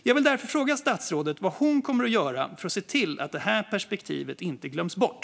Jag vill därför fråga statsrådet vad hon kommer att göra för att se till att det perspektivet inte glöms bort.